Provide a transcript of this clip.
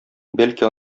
бәлки